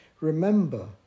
remember